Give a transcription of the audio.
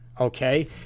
okay